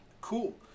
cool